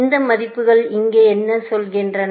இந்த மதிப்புகள் இங்கே என்ன சொல்கின்றன